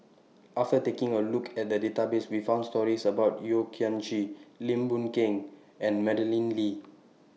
after taking A Look At The Database We found stories about Yeo Kian Chye Lim Boon Keng and Madeleine Lee